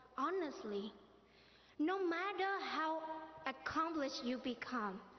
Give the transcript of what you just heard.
honestly no matter how accomplished you become,